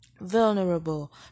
vulnerable